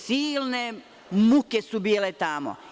Silne muke su bile tamo.